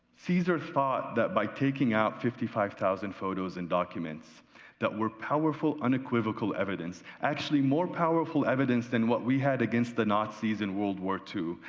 caesar thought that by taking out fifty five thousand photos and documents that were powerful unequivocal evidence actually more powerful evidence than what we had against the nazis in world war ii,